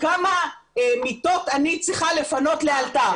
כמה מיטות אני צריכה לפנות לאלתר?